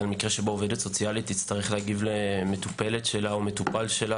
מקרה שעו"ס תצטרך להגיב למטפל או מטופלת שלה